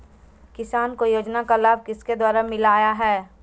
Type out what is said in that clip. किसान को योजना का लाभ किसके द्वारा मिलाया है?